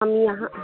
हम यहाँ